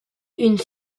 une